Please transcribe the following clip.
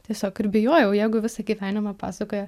tiesiog ir bijojau jeigu visą gyvenimą pasakoja